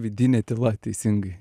vidinė tyla teisingai